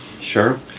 Sure